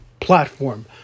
platform